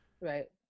Right